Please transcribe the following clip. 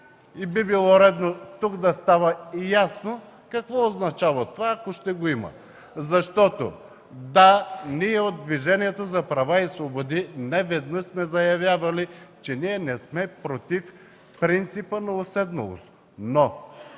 и би било редно тук да става ясно какво означава това, ако ще го има. Да, ние от Движението за права и свободи неведнъж сме заявявали, че не сме против принципа на уседналост,